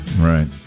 Right